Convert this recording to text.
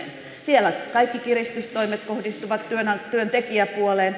siellä kaikki kiristystoimet kohdistuvat työntekijäpuoleen